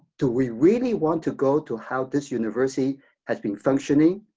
do we really want to go to how this university has been functioning